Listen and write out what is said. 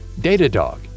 Datadog